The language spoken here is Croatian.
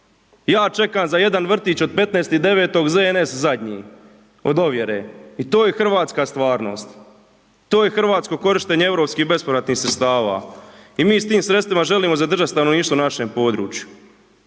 Ja čekam za jedan vrtić od 15.9. ZNS zadnji. Od ovjere. I to je hrvatska stvarnost. To je hrvatsko korištenje europskih bespovratnih sredstava. I mi s tim sredstvima želimo zadržati stanovništvo na našem području.